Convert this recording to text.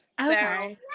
Okay